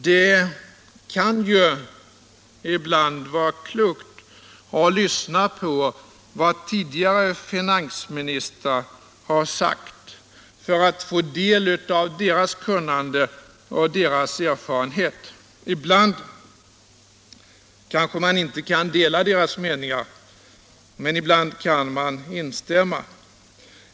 Ibland kan det Allmänpolitisk debatt Allmänpolitisk debatt vara klokt att lyssna på vad tidigare finansministrar har sagt för att få del av deras kunnande och deras erfarenheter. Ibland kanske man inte kan dela deras meningar, men ibland kan man instämma med dem.